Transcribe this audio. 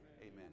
Amen